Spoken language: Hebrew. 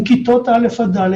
עם כיתות א' ד'